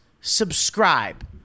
subscribe